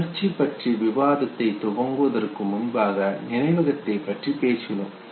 உணர்ச்சி பற்றிய விவாதத்தை துவங்குவதற்கு முன்பாக நினைவகத்தை பற்றி பேசினோம்